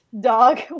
dog